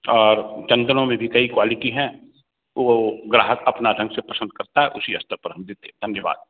और चंदनो में भी कई क्वालिटी हैं वह ग्राहक अपना रंग से पसंद करता है उसी स्तर पर हम देते हैं धन्यवाद